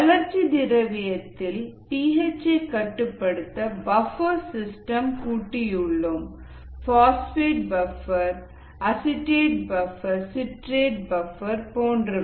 வளர்ச்சி திரவியத்தில்பி ஹெச் ஐ கட்டுப்படுத்த பஃப்பர் சிஸ்டம் கூடியுள்ளோம் phosphate buffer acetate buffer citrate buffer போன்றவை